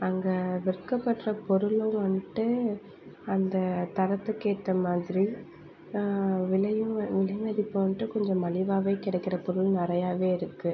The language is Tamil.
அங்கே விற்கப்படுகிற பொருளும் வந்துட்டு அந்த தரத்துக்கு ஏத்த மாதிரி விலையும் விலை மதிப்பும் வந்துட்டு கொஞ்சம் மலிவாகவே கிடைக்கிற பொருள் நிறையாவே இருக்குது